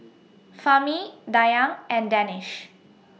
Fahmi Dayang and Danish